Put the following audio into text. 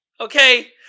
Okay